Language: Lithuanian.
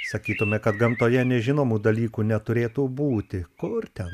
sakytume kad gamtoje nežinomų dalykų neturėtų būti kur ten